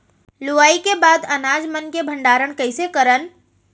लुवाई के बाद अनाज मन के भंडारण कईसे करन?